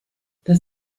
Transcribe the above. das